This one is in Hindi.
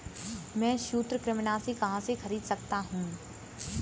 मैं सूत्रकृमिनाशी कहाँ से खरीद सकता हूँ?